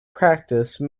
practice